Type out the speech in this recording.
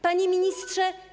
Panie Ministrze!